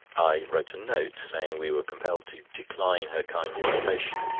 i wrote a note, saying we were compelled to decline her kind invitation.